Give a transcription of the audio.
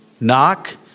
knock